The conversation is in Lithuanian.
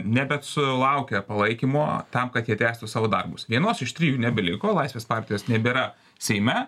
ne bet sulaukia palaikymo tam kad jie tęstų savo darbus vienos iš trijų nebeliko laisvės partijos nebėra seime